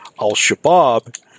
al-Shabaab